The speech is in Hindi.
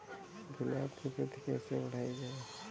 गुलाब की वृद्धि कैसे बढ़ाई जाए?